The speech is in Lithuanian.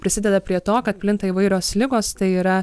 prisideda prie to kad plinta įvairios ligos tai yra